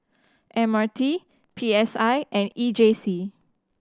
M R T P S I and E J C